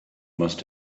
must